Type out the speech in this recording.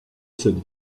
cette